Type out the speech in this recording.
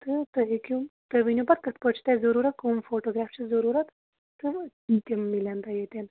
تہٕ تُہۍ ہیٚکِو تُہۍ ؤنِو پَتہٕ کِتھ پٲٹھۍ چھِو تۄہہِ ضروٗرت کٔمۍ فوٹوگرٛاف چھِ ضروٗرت تہٕ تِم مِلن تۄہہِ ییٚتٮ۪ن